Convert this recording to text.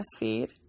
breastfeed